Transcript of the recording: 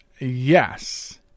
Yes